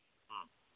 ꯎꯝ